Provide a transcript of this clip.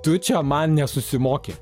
tu čia man nesusimoki